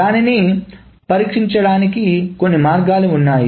దాన్ని పరిష్కరించడానికి కొన్ని మార్గాలు ఉన్నాయి